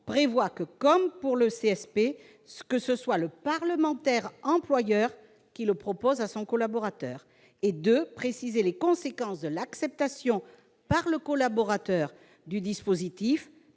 prévoit, comme pour le CSP, que ce soit le parlementaire employeur qui le propose à son collaborateur. Il s'agit, ensuite, de préciser les conséquences de l'acceptation par le collaborateur du dispositif.